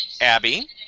Abby